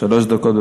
שלוש דקות.